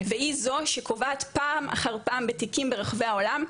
והיא זו שקובעת פעם אחר פעם בתיקים ברחבי העולם,